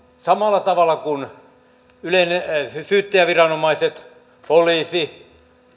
samalla tavalla kuin syyttäjäviranomaiset poliisi